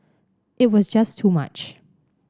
it was just too much